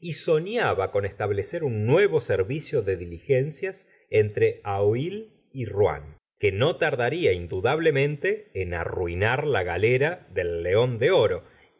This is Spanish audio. y soñaba con establecer un nuevo servicio de diligencias entre acueil y rouen que no tardaría indudablement e en arruinar la galera del león de oro